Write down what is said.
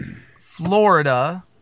Florida